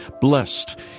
blessed